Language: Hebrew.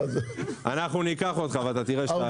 אנחנו ניקח אותך ואתה תראה שאתה מסוגל.